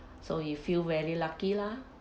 so he feel very lucky lah